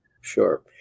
Sure